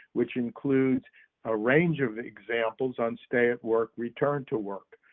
which includes a range of examples on stay at work return to work.